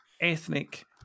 ethnic